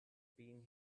been